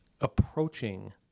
approaching